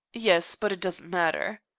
yes but it doesn't matter.